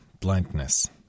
Blindness